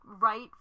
right